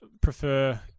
prefer